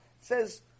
says